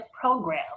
Program